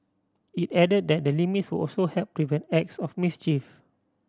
it added that the limits would also help prevent acts of mischief